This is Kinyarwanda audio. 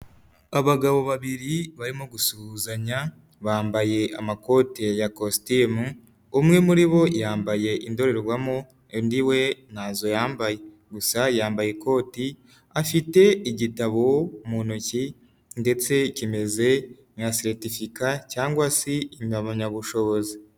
Abagabo babiri barimo gusuhuzanya bambaye amakoti ya kositimu, umwe muri bo yambaye indorerwamo undi we ntazo yambaye gusa yambaye ikoti, afite igitabo mu ntoki ndetse kimeze nka seretifika cyangwa se impamyabushobozi.